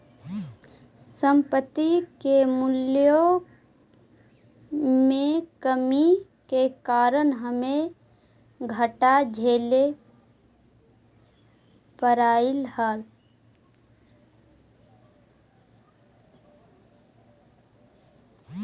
संपत्ति के मूल्यों में कमी के कारण हमे घाटा झेले पड़लइ हल